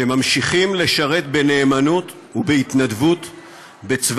שממשיכים לשרת בנאמנות ובהתנדבות בצה"ל,